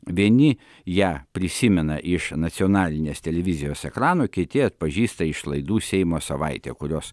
vieni ją prisimena iš nacionalinės televizijos ekrano kiti atpažįsta iš laidų seimo savaitė kurios